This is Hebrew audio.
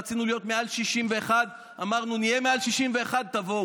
רצינו להיות מעל 61. אמרנו: נהיה מעל 61, תבואו.